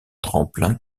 tremplins